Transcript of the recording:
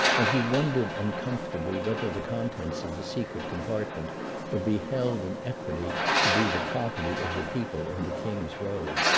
and he wondered uncomfortably whether the contents of the secret compartment would be held in equity to be the property of the people in the king's road.